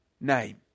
name